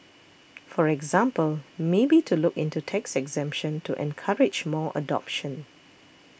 for example maybe to look into tax exemption to encourage more adoption